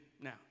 Now